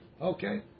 Okay